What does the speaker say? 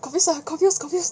confuse ah confuse confuse